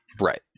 Right